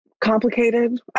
complicated